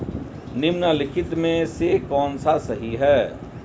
निम्नलिखित में से कौन सा सही है?